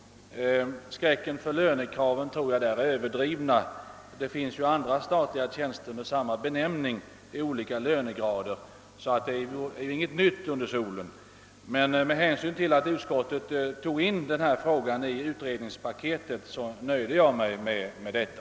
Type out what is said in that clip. Skräcken för lönekraven tror jag är överdriven i det sammanhanget, ty det finns ju statliga tjänster med samma benämning i olika lönegrader. Det är inte något nytt. Men med hänsyn till att utskottet tog in den frågan i hela utredningspaketet lät jag mig nöja.